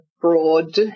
broad